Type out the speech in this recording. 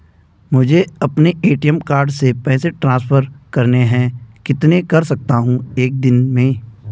मुझे अपने ATM card से पैसे ट्रांसफर करने हैं कितने कर सकता हूँ एक दिन में?